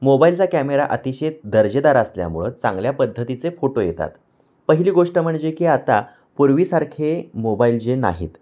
मोबाईलचा कॅमेरा अतिशय दर्जेदार असल्यामुळं चांगल्या पद्धतीचे फोटो येतात पहिली गोष्ट म्हणजे की आता पूर्वीसारखे मोबाईल जे नाहीत